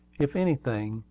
if anything,